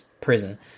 prison